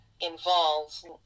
Involves